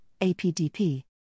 APDP